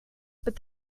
but